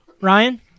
Ryan